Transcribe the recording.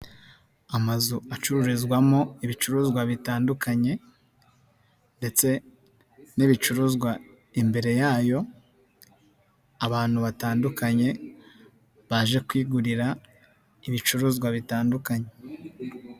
Amazu acururizwamo ibicuruzwa bitandukanye ndetse n'ibicuruzwa imbere yayo abantu batandukanye baje kwigurira ibicuruzwa bitandukanye.